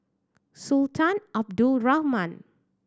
Sultan Abdul Rahman